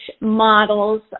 models